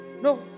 No